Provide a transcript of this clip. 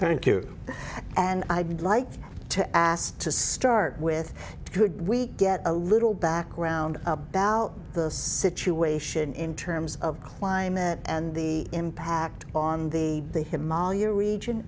thank you and i'd like to ask to start with could we get a little background about the situation in terms of climate and the impact on the the him ol your region